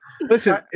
listen